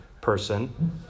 person